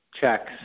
checks